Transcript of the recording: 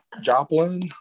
Joplin